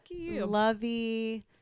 lovey